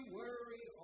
worry